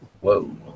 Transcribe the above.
Whoa